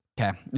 Okay